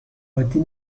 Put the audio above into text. عادی